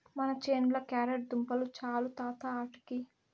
మన చేనుల క్యారెట్ దుంపలు చాలు తాత ఆటికి